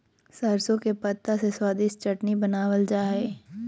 सरसों के पत्ता से स्वादिष्ट चटनी बनावल जा हइ